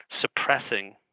suppressing